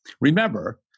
Remember